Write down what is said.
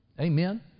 Amen